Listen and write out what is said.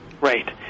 Right